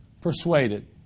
persuaded